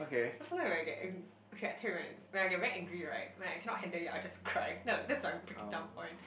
cause sometimes like when I get ang~ ok I tell you right when I get very angry right when I cannot handle it I'll just cry that's my breaking down point